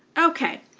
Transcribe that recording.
okay,